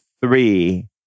three